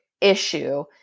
issue